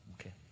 Okay